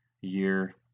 year